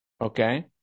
Okay